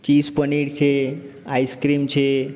cheese paneer છે ice cream છે